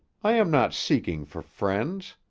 i am not seeking for friends.